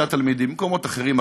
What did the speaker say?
ובמקומות אחרים,